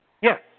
yes